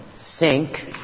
sink